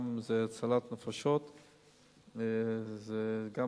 זו גם הצלת נפשות וזה גם